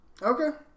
Okay